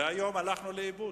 אבל היום הלכנו לאיבוד,